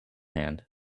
hand